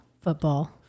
Football